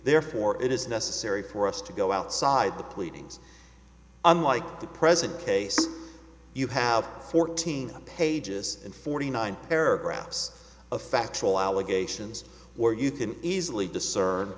therefore it is necessary for us to go outside the pleadings unlike the present case you have fourteen pages and forty nine paragraphs of factual allegations or you can easily discern